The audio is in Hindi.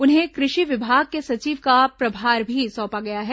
उन्हें कृषि विभाग के सचिव का प्रभार भी सौंपा गया है